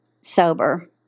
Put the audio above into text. sober